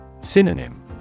Synonym